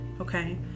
Okay